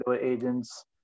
agents